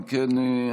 אם כן,